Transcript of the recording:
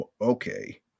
okay